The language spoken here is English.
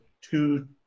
two